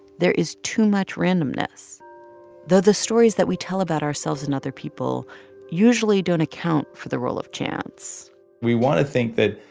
there is too much randomness, though the stories that we tell about ourselves and other people usually don't account for the role of chance we want to think that,